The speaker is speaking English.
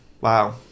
wow